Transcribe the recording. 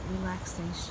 relaxation